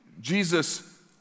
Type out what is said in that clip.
Jesus